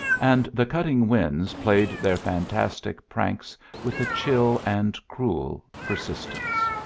and the cutting winds played their fantastic pranks with a chill and cruel persistence.